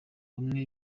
bamwe